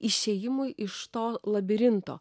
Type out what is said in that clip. išėjimui iš to labirinto